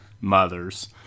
mothers